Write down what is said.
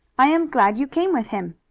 i am glad you came with him.